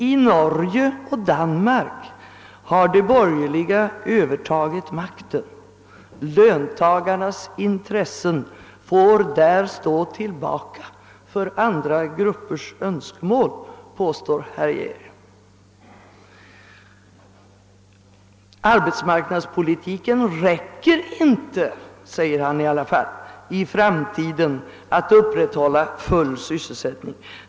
I Norge och i Danmark har de borgerliga övertagit makten. Löntagarnas intressen får där stå tillbaka för andra gruppers önskemål, påstår herr Geijer. Arbetsmarknadspolitiken räcker inte, säger han i alla fall, för att i framtiden upprätthålla full sysselsättning.